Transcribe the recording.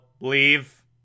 leave